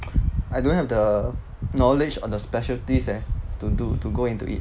I don't have the knowledge or the specialties eh to do to go into it